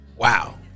Wow